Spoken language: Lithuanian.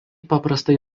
paprastai